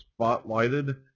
spotlighted